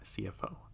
CFO